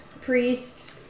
Priest